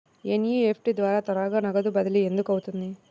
NEFT ద్వారా త్వరగా నగదు బదిలీ ఎందుకు అవుతుంది?